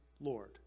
Lord